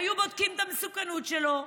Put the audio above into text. היו בודקים את המסוכנות שלו,